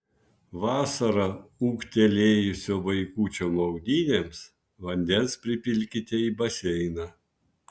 vasarą ūgtelėjusio vaikučio maudynėms vandens pripilkite į baseiną